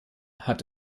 hat